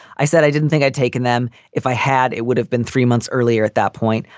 i said i didn't think i'd taken them. if i had, it would have been three months earlier at that point.